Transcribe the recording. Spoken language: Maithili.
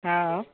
हँ